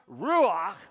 ruach